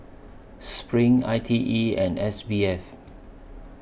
SPRING I T E and S B F